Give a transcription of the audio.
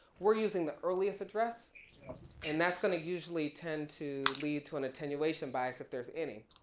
we're using the earliest address and that's gonna usually tend to lead to an attenuation bias, if there's any.